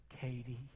Katie